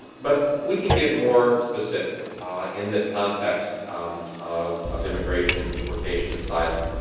but we can get more specific in this context of of immigration deportation asylum.